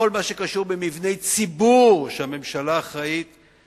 בכל מה שקשור למבני ציבור שהממשלה אחראית להם,